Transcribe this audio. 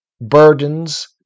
burdens